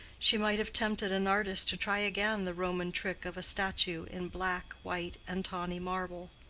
she might have tempted an artist to try again the roman trick of a statue in black, white, and tawny marble.